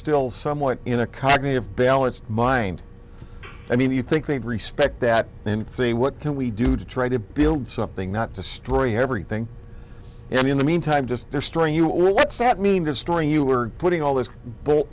still somewhat in a cognitive balance mind i mean you think they'd respect that and say what can we do to try to build something not destroy everything in the meantime just destroying you or whatsapp mean destroying you were putting all this bull